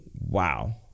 wow